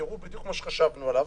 תראו, בדיוק מה שחשבנו עליו